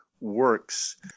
works